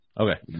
okay